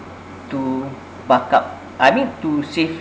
to buck up I mean to save